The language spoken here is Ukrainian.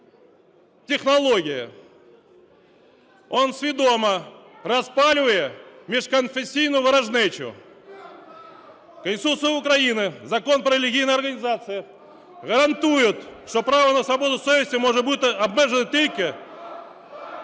технології. Він свідомо розпалює міжконфесійну ворожнечу. Конституція України, Закон про релігійні організації гарантують, що права і свободи совісті можуть бути обмежені тільки